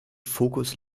fokus